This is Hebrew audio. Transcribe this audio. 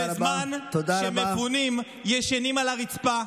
בזמן שמפונים ישנים על הרצפה,